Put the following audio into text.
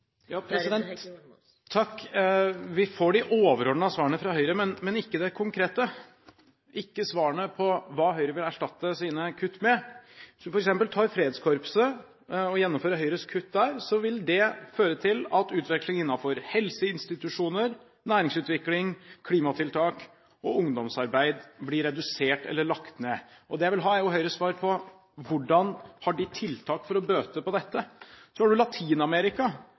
Vi får de overordnede svarene fra Høyre, men ikke de konkrete. Vi får ikke svarene på hva Høyre vil erstatte sine kutt med. Hvis en f.eks. tar Fredskorpset og gjennomfører Høyres kutt der, vil det føre til at utveksling innenfor helseinstitusjoner, næringsutvikling, klimatiltak og ungdomsarbeid blir redusert eller lagt ned. Det jeg vil ha, er Høyres svar på hvilke tiltak de har for å bøte på dette? Så har